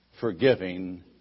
forgiving